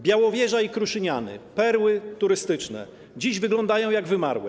Białowieża i Kruszyniany, perły turystyczne, dziś wyglądają jak wymarłe.